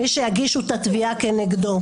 מי שיגישו את התביעה כנגדו.